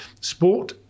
sport